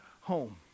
home